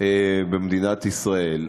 במדינת ישראל.